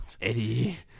Eddie